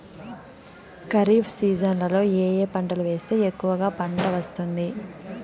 ఖరీఫ్ సీజన్లలో ఏ ఏ పంటలు వేస్తే ఎక్కువగా పంట వస్తుంది?